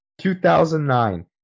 2009